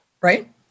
Right